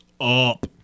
up